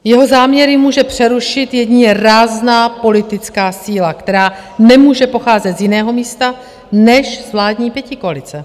Jeho záměry může přerušit jedině rázná politická síla, která nemůže pocházet z jiného místa než z vládní pětikoalice.